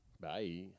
bye